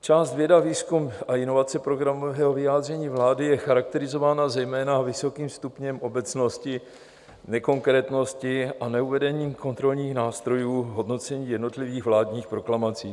Část věda, výzkum a inovace programového vyjádření vlády je charakterizována zejména vysokým stupněm obecnosti, nekonkrétnosti a neuvedením kontrolních nástrojů v hodnocení jednotlivých vládních proklamací.